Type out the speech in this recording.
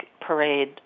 parade